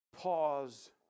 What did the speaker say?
pause